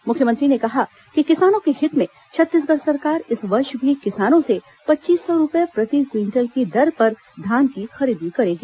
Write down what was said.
मुख्यमंत्री ने कहा कि किसानों के हित में छत्तीसगढ़ सरकार इस वर्ष भी किसानों से पच्चीस सौ रूपए प्रति क्विटल की दर पर धान की खरीदी करेगी